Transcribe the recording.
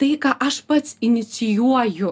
tai ką aš pats inicijuoju